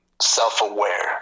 self-aware